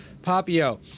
Papio